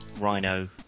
Rhino